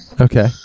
okay